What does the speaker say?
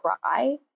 cry